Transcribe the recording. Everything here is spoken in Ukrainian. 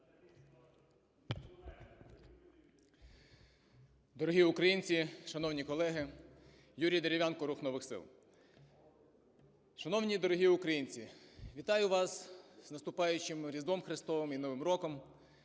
Дорогі українці, шановні колеги! Юрій Дерев'янко, "Рух нових сил". Шановні дорогі українці, вітаю вас з наступаючим Різдвом Христовим і Новим роком!